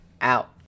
out